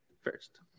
first